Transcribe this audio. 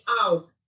out